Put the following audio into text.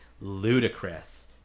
ludicrous